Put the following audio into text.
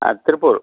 Tiruppur